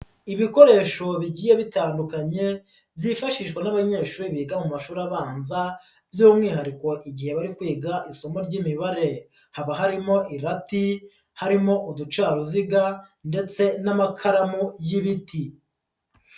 Ibikoresho bigiye bitandukanye byifashishwa n'abanyeshuri biga mu mashuri abanza by'umwihariko igihe bari kwiga isomo ry'imibare haba harimo irati, harimo uducaruziga ndetse n'amakaramu y'ibiti.